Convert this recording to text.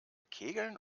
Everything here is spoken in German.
kegeln